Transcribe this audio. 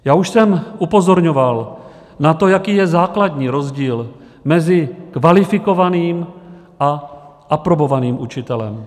Já už jsem upozorňoval na to, jaký je základní rozdíl mezi kvalifikovaným a aprobovaným učitelem.